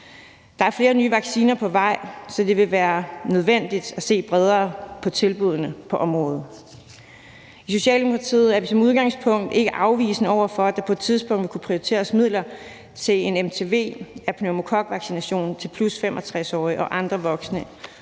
Der er flere nye vacciner på vej, så det vil være nødvendigt at se bredere på tilbuddene på området. I Socialdemokratiet er vi som udgangspunkt ikke afvisende over for, at der på et tidspunkt vil kunne prioriteres midler til en MTV af pneumokokvaccination til 65+-årige og andre voksne